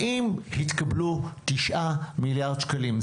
האם התקבלו תשעה מיליארד שקלים?